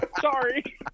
sorry